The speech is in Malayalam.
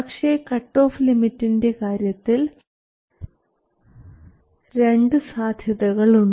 പക്ഷേ കട്ടോഫ് ലിമിറ്റിൻറെ കാര്യത്തിൽ 2 സാധ്യതകളുണ്ട്